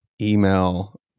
email